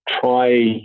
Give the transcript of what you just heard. try